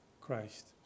Christ